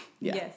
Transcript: Yes